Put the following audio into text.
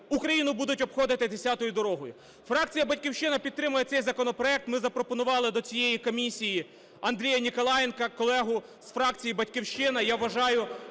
Україну будуть обходити десятою дорогою. Фракція "Батьківщина" підтримує цей законопроект, ми запропонували до цієї комісії Андрія Ніколаєнка колегу з фракції "Батьківщина".